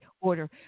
order